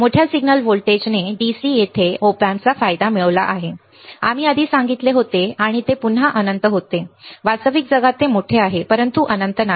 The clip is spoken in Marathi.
मोठ्या सिग्नल व्होल्टेजने डीसी येथे ऑप अँपचा फायदा मिळवला आम्ही आधी सांगितले होते आणि ते पुन्हा अनंत होते वास्तविक जगात ते मोठे आहे परंतु अनंत नाही